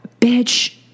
Bitch